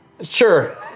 Sure